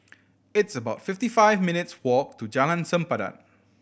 it's about fifty five minutes' walk to Jalan Sempadan